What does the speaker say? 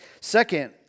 Second